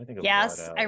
yes